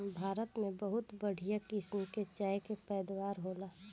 भारत में बहुते बढ़िया किसम के चाय के पैदावार होला